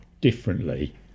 differently